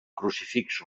crucifix